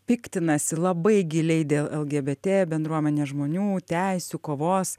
piktinasi labai giliai dėl lgbt bendruomenės žmonių teisių kovos